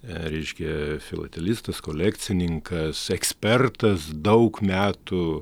reiškia filatelistas kolekcininkas ekspertas daug metų